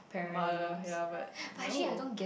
mother ya but no